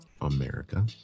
America